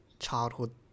childhood